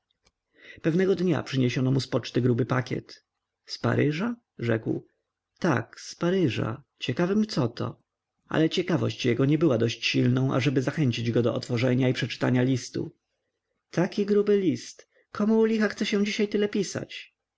pewnego dnia przyniesiono mu z poczty gruby pakiet z paryża rzekł tak z paryża ciekawym coto ale ciekawość jego nie była dość silną ażeby zachęcić go do otworzenia i przeczytania listu taki gruby list komu u licha chce się